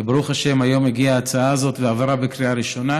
וברוך השם היום הגיעה ההצעה הזו ועברה בקריאה הראשונה.